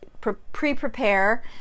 pre-prepare